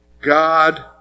God